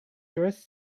tourists